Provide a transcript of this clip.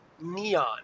neon